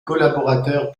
collaborateurs